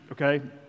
okay